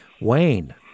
Wayne